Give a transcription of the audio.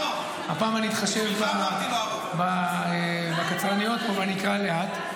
הפעם אני אתחשב בקצרניות פה ואני אקרא לאט.